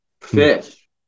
fish